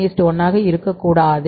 33 1 ஆக இருக்கக் கூடாது